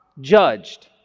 judged